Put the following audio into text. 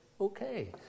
Okay